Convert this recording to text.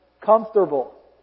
comfortable